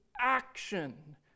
action